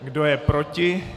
Kdo je proti?